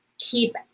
keep